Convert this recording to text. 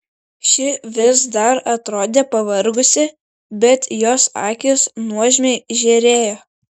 ši vis dar atrodė pavargusi bet jos akys nuožmiai žėrėjo